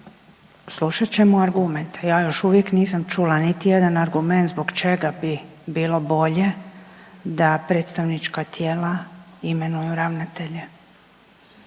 slušat ćemo argumente, ja još uvijek nisam čula niti jedan argument zbog čega bi bilo bolje da predstavnička tijela imenuju ravnatelje.